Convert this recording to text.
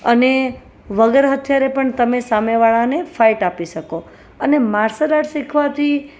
અને વગર હથિયારે પણ તમે સામેવાળાને ફાઈટ આપી શકો અને માર્શલ આર્ટ શીખવાથી